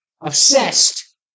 Obsessed